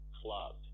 club